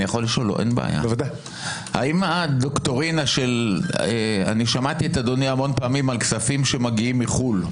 אני שמעתי את אדוני הרבה פעמים על כספים שמגיעים מחו"ל,